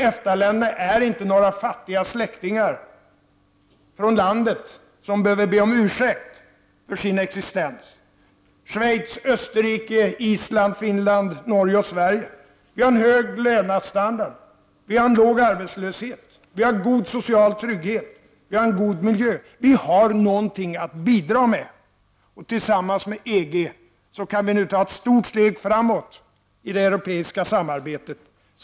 EFTA-länderna är inte heller några fattiga släktingar från landet, som behöver be om ursäkt för sin existens. Schweiz, Österrike, Island, Finland, Norge och Sverige har en hög levnadsstandard och en låg arbetslöshet. Vi har god social trygghet och en bra miljö. Vi har något att bidra med, och tillsammans med EG kan vi nu ta ett stort steg framåt i det europeiska samarbetet.